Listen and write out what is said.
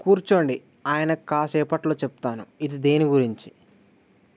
కూర్చోండి ఆయనకు కాసేపట్లో చెప్తాను ఇది దేని గురించి